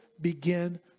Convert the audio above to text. begin